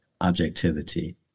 objectivity